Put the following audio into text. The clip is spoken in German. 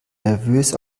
nervös